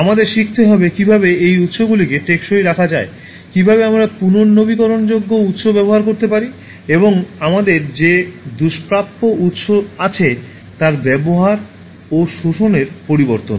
আমাদের শিখতে হবে কীভাবে এই উৎসগুলিকে টেকসই রাখা যায় কীভাবে আমরা পুনর্নবীকরণযোগ্য উৎস ব্যবহার করতে পারি এবং আমাদের যে দুষ্প্রাপ্য উৎস আছে তার ব্যবহার ও শোষণের পরিবর্তন